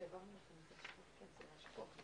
לא, יש הרבה נספחים, אבל המכתב הוא קצר.